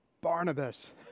Barnabas